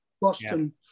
Boston